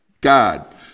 God